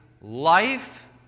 life